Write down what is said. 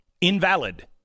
invalid